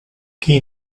qui